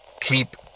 Keep